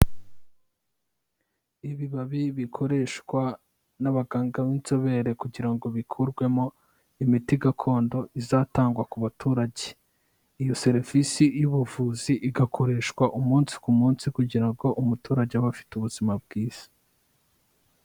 Ibibabi bikoreshwa n'abaganga b'inzobere kugira ngo bikurwemo imiti gakondo izatangwa ku baturage. Iyo serevisi y'ubuvuzi igakoreshwa umunsi ku munsi kugira ngo umuturage abe afite ubuzima bwiza.